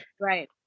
Right